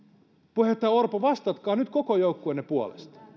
puheenjohtaja orpo vastatkaa nyt koko joukkueenne puolesta